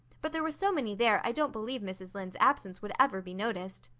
but there were so many there i don't believe mrs. lynde's absence would ever be noticed.